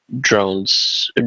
drones